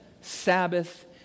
Sabbath